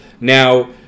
Now